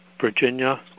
Virginia